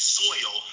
soil